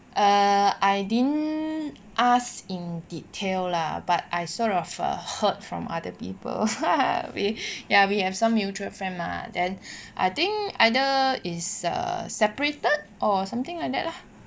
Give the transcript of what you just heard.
err I didn't ask in detail lah but I sort of heard from other people we ya we have some mutual friend mah then I think either is a separated or something like that lah